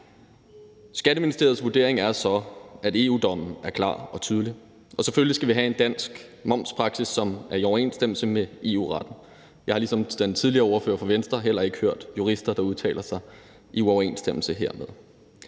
Skatteministeriets vurdering er så, at EU-dommen er klar og tydelig, og selvfølgelig skal vi have en dansk momspraksis, som er i overensstemmelse med EU-retten. Jeg har ligesom den tidligere ordfører for Venstre heller ikke hørt jurister, der udtaler sig i uoverensstemmelse hermed.